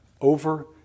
Over